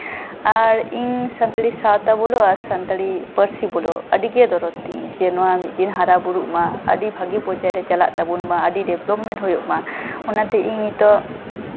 ᱟᱨ ᱤᱧ ᱥᱟᱱᱛᱟᱲᱤ ᱥᱟᱶᱛᱟ ᱵᱚᱞᱚ ᱥᱟᱱᱛᱟᱲᱤ ᱯᱟᱹᱨᱥᱤ ᱵᱚᱞᱚ ᱟᱹᱰᱤᱜᱮ ᱫᱚᱨᱚᱫ ᱛᱤᱧ ᱡᱮ ᱱᱚᱣᱟ ᱢᱤᱫᱫᱤᱱ ᱦᱟᱨᱟᱵᱩᱨᱩᱜ ᱢᱟ ᱟᱹᱰᱤ ᱵᱷᱟᱜᱮ ᱯᱚᱨᱡᱟᱭᱨᱮ ᱪᱟᱞᱟᱜ ᱛᱟᱵᱚᱱ ᱢᱟ ᱟᱹᱰᱤ ᱰᱮᱵᱷᱞᱚᱯᱷᱢᱮᱱᱴ ᱦᱩᱭᱩᱜ ᱢᱟ ᱚᱱᱟᱛᱮ ᱤᱧ ᱱᱤᱛᱚᱜ